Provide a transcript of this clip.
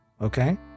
okay